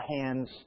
hands